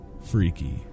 freaky